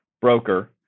broker